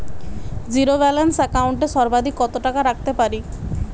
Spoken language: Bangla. জীরো ব্যালান্স একাউন্ট এ সর্বাধিক কত টাকা রাখতে পারি?